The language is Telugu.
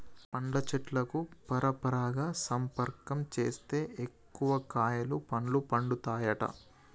పండ్ల చెట్లకు పరపరాగ సంపర్కం చేస్తే ఎక్కువ కాయలు పండ్లు పండుతాయట